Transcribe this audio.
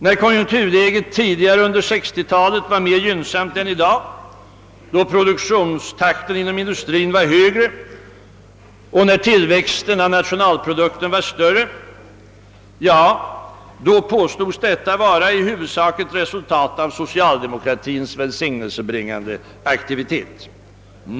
När konjunkturläget tidigare under 1960-talet var mer gynnsamt än i dag, då produktionstakten inom industrin var högre och tillväxten av nationalprodukten var större, påstods detta i huvudsak vara ett resultat av socialdemokratins välsignelsebringande aktivitet.